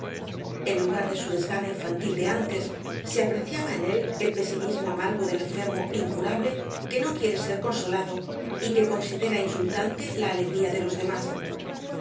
en lugar de su desgana infantil de antes se apreciaba en él el pesimismo amargo del enfermo incurable que no quiere ser consolado y que considera insultante la alegría de los demás